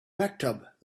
maktub